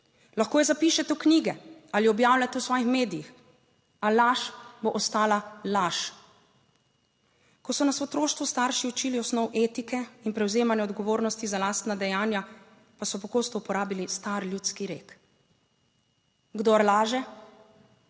lahko jo zapišete v knjige ali objavljate v svojih medijih, a laž bo ostala laž. Ko so nas v otroštvu starši učili osnov etike in prevzemanja odgovornosti za lastna dejanja, pa so pogosto uporabili star ljudski rek: kdor laže,